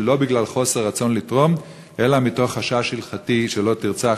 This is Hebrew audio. זה לא בגלל חוסר רצון לתרום אלא מתוך חשש הלכתי של "לא תרצח",